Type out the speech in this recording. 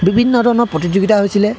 বিভিন্ন ধৰণৰ প্ৰতিযোগিতা হৈছিলে